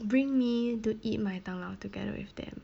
bring me to eat 麦当劳 together with them